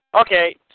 Okay